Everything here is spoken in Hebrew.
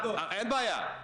בעד